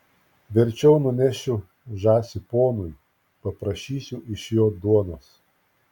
verčiau nunešiu žąsį ponui paprašysiu iš jo duonos